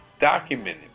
Documented